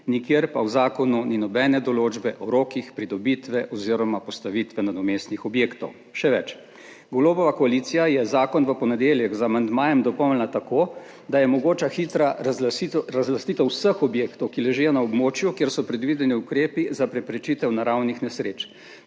nikjer pa v zakonu ni nobene določbe o rokih pridobitve oziroma postavitve nadomestnih objektov. Še več, Golobova koalicija je zakon v ponedeljek z amandmajem dopolnila tako, da je mogoča hitra razlastitev vseh objektov, ki ležijo na območju, kjer so predvideni ukrepi za preprečitev naravnih nesreč,